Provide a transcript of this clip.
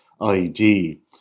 ID